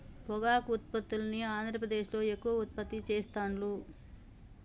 పొగాకు ఉత్పత్తుల్ని ఆంద్రప్రదేశ్లో ఎక్కువ ఉత్పత్తి చెస్తాండ్లు